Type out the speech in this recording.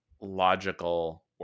logical